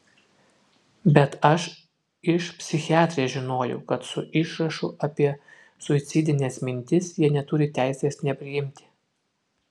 bet aš iš psichiatrės žinojau kad su išrašu apie suicidines mintis jie neturi teisės nepriimti